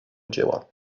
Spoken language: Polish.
dzieła